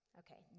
okay